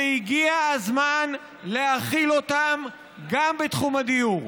והגיע הזמן להחיל אותם גם בתחום הדיור.